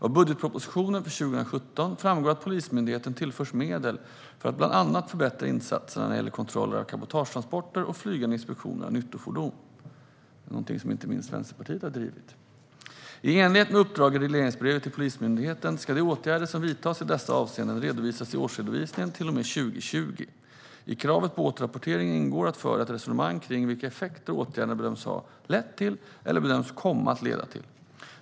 Av budgetpropositionen för 2017 framgår att Polismyndigheten tillförs medel för att bland annat förbättra insatserna när det gäller kontroller av cabotagetransporter och flygande inspektioner av nyttofordon - någonting som inte minst Vänsterpartiet har drivit på för. I enlighet med uppdraget i regleringsbrevet till Polismyndigheten ska de åtgärder som vidtas i dessa avseenden redovisas i årsredovisningen till och med 2020. I kravet på återrapportering ingår att föra ett resonemang kring vilka effekter åtgärderna bedöms ha lett till eller bedöms komma att leda till.